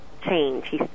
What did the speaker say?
change